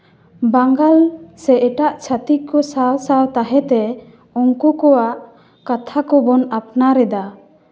ᱵᱟᱝᱜᱟᱞ ᱥᱮ ᱮᱴᱟᱜ ᱪᱷᱟᱹᱛᱤᱠ ᱠᱚ ᱥᱟᱣ ᱥᱟᱣ ᱛᱟᱦᱮᱸᱛᱮ ᱩᱱᱠᱩ ᱠᱚᱣᱟᱜ ᱠᱟᱛᱷᱟ ᱠᱚᱵᱚᱱ ᱟᱯᱱᱟᱨᱮᱫᱟ